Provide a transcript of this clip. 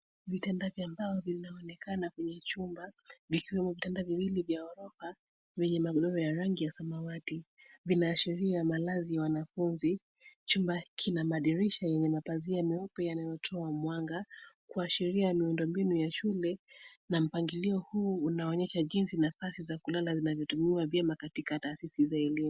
Vitanda vya mbao vinaonekana kwenye chumba vikiwemo vitanda viwili vya gorofa vyenye magondoro ya rangi ya samawati. Vinaashiria malazi ya wanafunzi. Chumba kina madirisha na mapazia meupe yanayotoa mwanga kuashiria miundombinu ya shule na mpangilio huu unaonyesha jinsi nafasi za kulala zinavyotumiwa vyema katika taasisi za elimu.